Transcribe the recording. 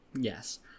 Yes